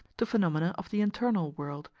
to phenomena of the internal world,